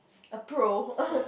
a pro